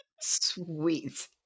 Sweet